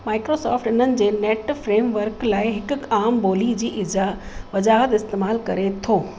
Microsoft इन्हनि जे NET framework लाइ हिकु आम ॿोली जी इज़ा वजाहत इस्तेमालु करे थो